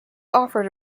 offered